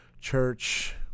church